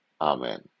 Amen